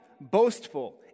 boastful